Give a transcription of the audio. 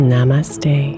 Namaste